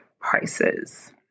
prices